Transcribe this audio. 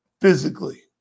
physically